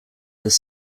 this